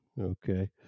Okay